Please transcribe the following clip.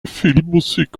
filmmusik